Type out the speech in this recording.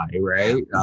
right